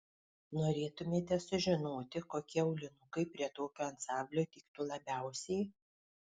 norėtumėte sužinoti kokie aulinukai prie tokio ansamblio tiktų labiausiai